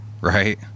right